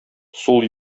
сул